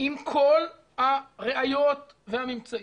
עם כל הראיות והממצאים.